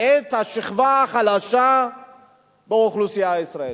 את השכבה החלשה באוכלוסייה הישראלית,